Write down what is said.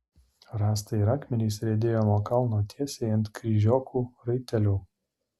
rąstai ir akmenys riedėjo nuo kalno tiesiai ant kryžiokų raitelių